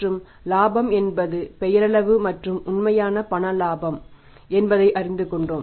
மற்றும் இலாபம் என்பது பெயரளவு மற்றும் உண்மையான பணம் இலாபம் என்பதை அறிந்து கொண்டோம்